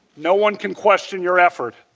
no one can question your effort